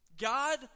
God